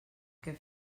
què